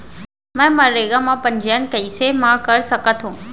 मैं मनरेगा म पंजीयन कैसे म कर सकत हो?